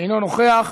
אינו נוכח,